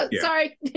Sorry